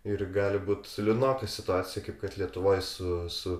ir gali būt liūdnoka situacija kaip kad lietuvoj su su